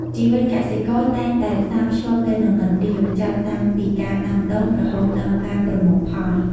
ជីវិតកសិករតែងតែផ្សារភ្ជាប់ទៅនឹងកណ្ដៀវ ចាប់តាំងពីការដាំដុះរហូតដល់ការប្រមូលផល។